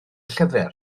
llyfr